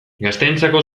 gazteentzako